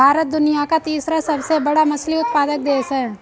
भारत दुनिया का तीसरा सबसे बड़ा मछली उत्पादक देश है